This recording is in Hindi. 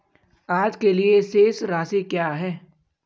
आज के लिए शेष राशि क्या है?